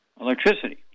electricity